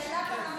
זו דאגה אמיתית.